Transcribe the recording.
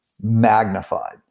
magnified